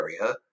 area